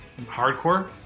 hardcore